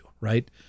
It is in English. Right